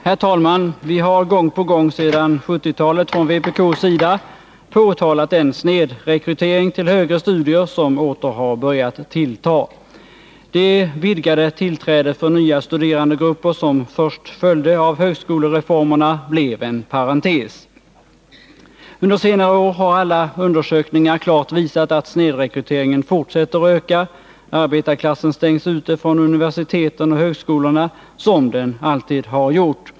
Herr talman! Vi har gång på gång sedan 1970-talet från vpk:s sida påtalat den snedrekrytering till högre studier, som åter har börjat tillta. Det vidgade tillträde för nya studerandegrupper som först följde av högskolereformerna blev en parentes. Under senare år har alla undersökningar klart visat att snedrekryteringen fortsätter att öka, arbetarklassen stängs ute från universiteten och högskolorna som alltid har skett.